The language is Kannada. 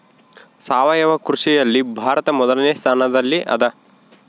ಸಾವಯವ ಕೃಷಿಯಲ್ಲಿ ಭಾರತ ಮೊದಲನೇ ಸ್ಥಾನದಲ್ಲಿ ಅದ